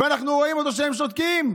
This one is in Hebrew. ואנחנו רואים שהם שותקים,